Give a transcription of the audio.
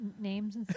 names